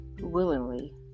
willingly